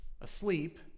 asleep